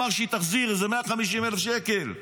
אמר שהיא תחזיר איזה 150,000 שקל,